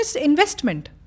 investment